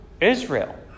Israel